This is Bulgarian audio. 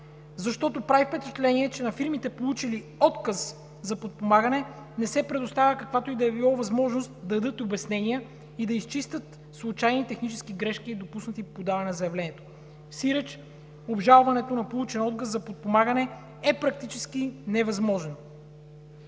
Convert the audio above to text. Защото прави впечатление, че на фирмите, получили отказ за подпомагане, не се предоставя каквато и да е било възможност да дадат обяснения и да изчистят случайни технически грешки, допуснати при подаване на заявлението. Сиреч, обжалването на получен отказ за подпомагане е практически невъзможен.